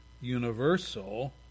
universal